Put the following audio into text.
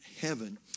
heaven